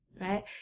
right